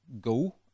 go